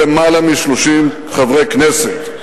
ברוב של למעלה מ-30 חברי כנסת.